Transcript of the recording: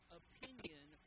opinion